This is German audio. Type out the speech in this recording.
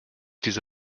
diese